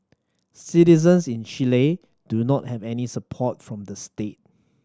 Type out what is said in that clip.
citizens in Chile do not have any support from the state